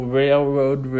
railroad